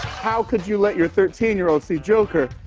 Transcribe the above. how could you let your thirteen year old see joker?